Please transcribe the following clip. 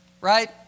right